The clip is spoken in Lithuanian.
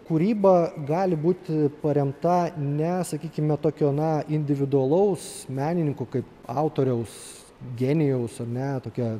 kūryba gali būt paremta ne sakykime tokio na individualaus menininko kaip autoriaus genijaus ar ne tokia